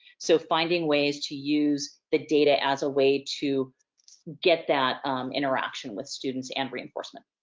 so finding ways to use the data as a way to get that interaction with students and reinforcement.